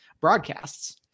broadcasts